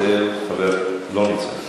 לא נמצא.